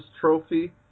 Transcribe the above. Trophy